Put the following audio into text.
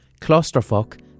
clusterfuck